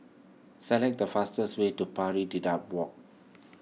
select the fastest way to Pari Dedap Walk